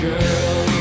Girl